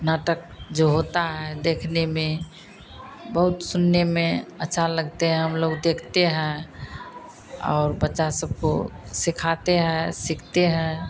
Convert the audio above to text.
नाटक जो होता है देखने में बहुत सुनने में अच्छा लगता है हमलोग देखते हैं और बच्चा सबको सिखाते हैं सीखते हैं